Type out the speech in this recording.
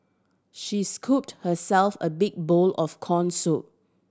she scooped herself a big bowl of corn soup